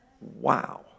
Wow